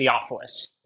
Theophilus